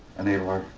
enabler.